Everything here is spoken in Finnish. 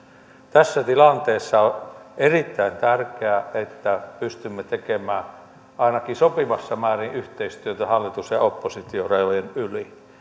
tässä tilanteessa on erittäin tärkeää että pystymme tekemään ainakin sopivassa määrin yhteistyötä hallitus ja oppositiorajojen yli